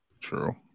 True